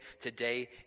today